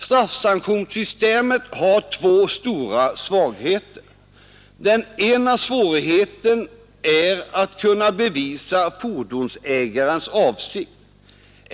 Straffsanktionssystemet har två stora svagheter. Den ena svagheten är att kunna bevisa fordonsägarens avsikt.